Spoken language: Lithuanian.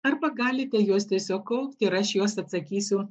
arba galite juos tiesiog kaupti ir aš į juos atsakysiu